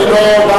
אני לא בא,